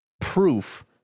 proof